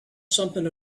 something